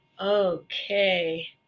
okay